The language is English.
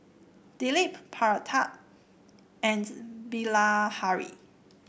Dilip Pratap and Bilahari